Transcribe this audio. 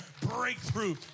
breakthrough